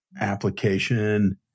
application